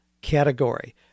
category